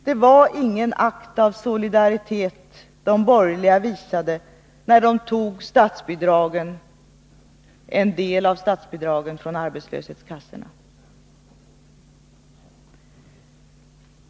Det var ingen akt av solidaritet de borgerliga visade, när de tog en del av statsbidragen från arbetslöshetskassorna.